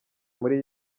muri